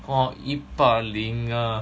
!wah! 一八零 ah